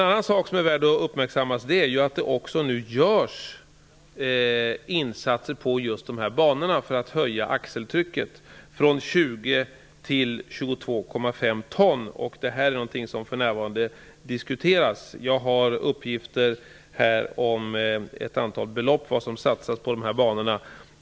Det är värt att uppmärksamma att insatser nu görs på just dessa banor för att höja axeltrycket från 20 till 22,5 ton. Detta diskuteras för närvarande. Här har jag uppgifter om vilka belopp som satsas på dessa banor.